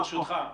ברשותך,